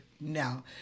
now